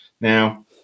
now